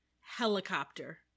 Helicopter